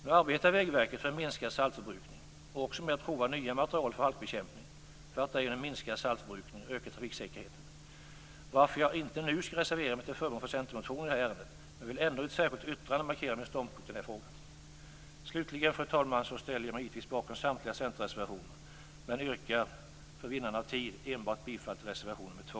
Nu arbetar Vägverket för en minskad saltförbrukning och också med att prova nya material för halkbekämpning för att därigenom minska saltförbrukning och öka trafiksäkerheten, varför jag nu inte skall reservera mig till förmån för centermotionen i detta ärende men vill ändå i ett särskilt yttrande markera min ståndpunkt i denna fråga. Slutligen, fru talman, ställer jag mig givetvis bakom samtliga centerreservationer men yrkar för tids vinnande bifall enbart till reservation nr 2.